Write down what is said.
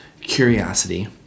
curiosity